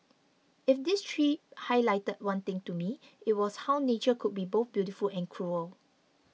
if this trip highlight one thing to me it was how nature could be both beautiful and cruel